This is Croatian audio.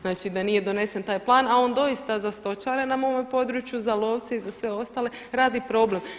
Znači da nije donesen taj plan, a on doista za stočare na ovome području za lovce i za sve ostale radi problem.